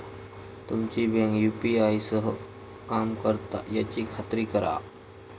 तुमची bank UPI सह काम करता याची खात्री करा